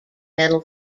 metal